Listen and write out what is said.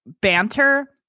banter